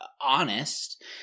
honest